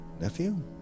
nephew